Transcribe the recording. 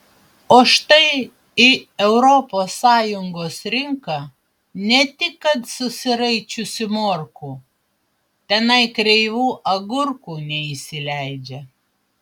o štai į europos sąjungos rinką ne tik kad susiraičiusių morkų tenai kreivų agurkų neįsileidžia